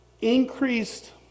increased